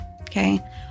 okay